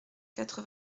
quatre